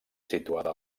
situada